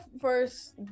first